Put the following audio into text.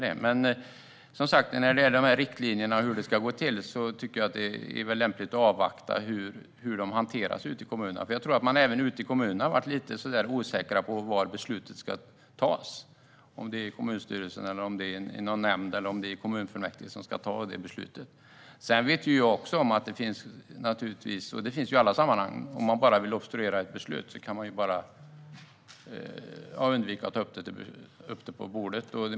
Som sagt: När det gäller riktlinjerna tycker jag att det är lämpligt att avvakta hur de hanteras ute i kommunerna, för jag tror att man även ute i kommunerna har varit lite osäkra på var besluten ska fattas, om det är i kommunstyrelsen, i någon nämnd eller i kommunfullmäktige. Sedan vet jag också att det naturligtvis finns möjlighet att obstruera ett beslut, vilket det gör i alla sammanhang, genom att undvika att ta upp det på bordet.